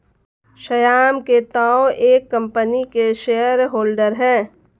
श्याम के ताऊ एक कम्पनी के शेयर होल्डर हैं